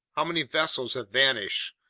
how many vessels have vanished!